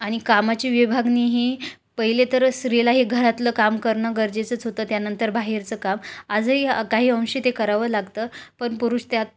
आणि कामाची विभागणीही पहिले तर स्त्रीलाही घरातलं काम करणं गरजेचंच होतं त्यानंतर बाहेरचं काम आजही काही अंशी ते करावं लागतं पण पुरुष त्यात